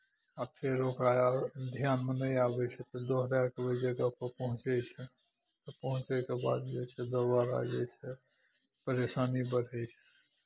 आ फेर ओकरा धियानमे नहि आबै छै तऽ दोहराय कऽ ओहि जगहपर पहुँचै छै आ पहुँचयके बाद जे छै दुबारा जे छै परेशानी बड्ड होइ छै